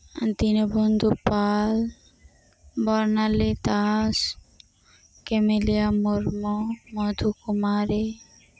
Dinabandhu Pal Barnali Das Kamelia Murmu Madhu Kumari